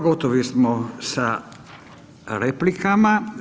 Gotovi smo sa replikama.